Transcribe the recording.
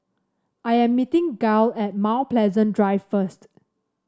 I am meeting Gael at Mount Pleasant Drive first